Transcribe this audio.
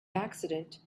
accident